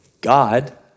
God